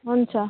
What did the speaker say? हुन्छ